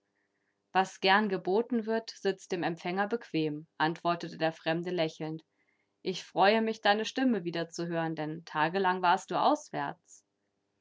was gern geboten wird sitzt dem empfänger bequem antwortete der fremde lächelnd ich freue mich deine stimme wieder zu hören denn tagelang warst du auswärts